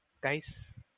Guys